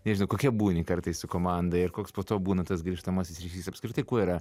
nežinau kokia būni kartais su komanda ir koks po to būna tas grįžtamasis ryšys apskritai kuo yra